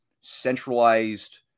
centralized